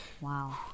Wow